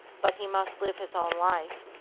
but he must live his own life.